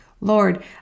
Lord